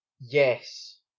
yes